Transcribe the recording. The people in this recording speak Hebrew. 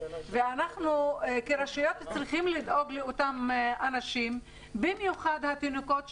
אנחנו כרשויות צריכים לדאוג לאותם אנשים במיוחד תינוקות,